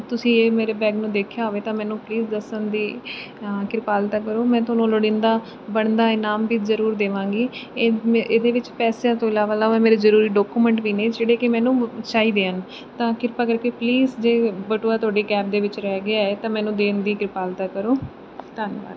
ਤੁਸੀਂ ਇਹ ਮੇਰੇ ਬੈਗ ਨੂੰ ਦੇਖਿਆ ਹੋਵੇ ਤਾਂ ਮੈਨੂੰ ਪਲੀਜ਼ ਦੱਸਣ ਦੀ ਕਿਰਪਾਲਤਾ ਕਰੋ ਮੈਂ ਤੁਹਾਨੂੰ ਲੋੜੀਂਦਾ ਬਣਦਾ ਇਨਾਮ ਵੀ ਜ਼ਰੂਰ ਦੇਵਾਂਗੀ ਇਹ ਇਹਦੇ ਵਿੱਚ ਪੈਸਿਆਂ ਤੋਂ ਇਲਾਵਾ ਇਲਾਵਾ ਮੇਰੇ ਜ਼ਰੂਰੀ ਡਾਕੂਮੈਂਟ ਵੀ ਨੇ ਜਿਹੜੇ ਕਿ ਮੈਨੂੰ ਚਾਹੀਦੇ ਹਨ ਤਾਂ ਕਿਰਪਾ ਕਰਕੇ ਪਲੀਜ਼ ਜੇ ਬਟੂਆ ਤੁਹਾਡੀ ਕੈਬ ਦੇ ਵਿੱਚ ਰਹਿ ਗਿਆ ਹੈ ਤਾਂ ਮੈਨੂੰ ਦੇਣ ਦੀ ਕਿਰਪਾਲਤਾ ਕਰੋ ਧੰਨਵਾਦ